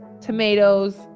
tomatoes